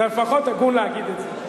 אתה לפחות הגון להגיד את זה.